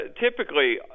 typically